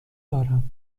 دارم